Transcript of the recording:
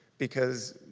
because,